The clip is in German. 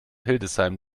hildesheim